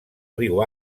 riu